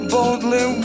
Boldly